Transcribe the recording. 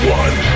one